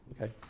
Okay